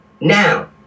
Now